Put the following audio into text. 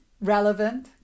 relevant